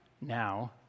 now